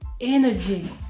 energy